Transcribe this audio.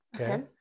Okay